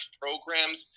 programs